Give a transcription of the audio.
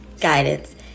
guidance